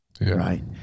right